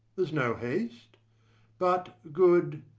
there's no haste but, good,